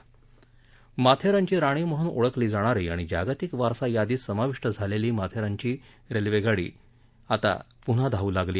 माथेरानची राणीम्हणून ओळखली जाणारी आणि जागतिक वारसा यादीत समाविष्ट असलेली माथेरानची रेल्वेगाडी आजपासून पुन्हा सुरू झाली